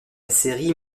série